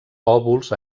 òvuls